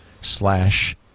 Slash